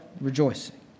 rejoicing